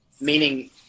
meaning